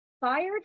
Fired